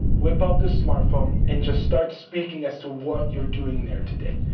whip out the smartphone, and just start speaking as to what you're doing there today.